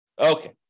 Okay